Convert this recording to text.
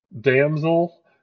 damsel